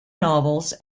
novels